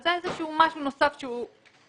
אבל זה איזשהו משהו נוסף שהוא עושה.